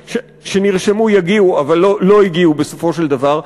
שנרשמו יגיעו אבל לא הגיעו בסופו של דבר.